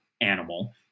animal